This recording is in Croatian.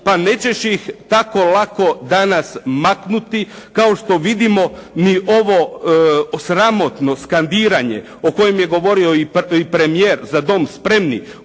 pa nećeš ih tako lako danas maknuti kao što vidimo, ni ovo sramotno skandiranje o kojem je govorio i premijer "za dom spremni",